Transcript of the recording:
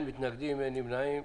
אין מתנגדים, אין נמנעים.